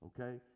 okay